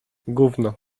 gówno